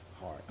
heart